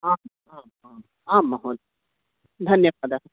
आम् आम् आम् आम् महोदय धन्यवादाः